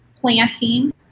planting